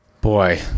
Boy